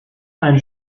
ein